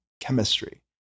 chemistry